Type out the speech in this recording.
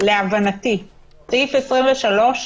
להבנתי סעיף (23)